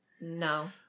No